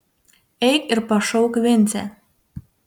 eik ir pašauk vincę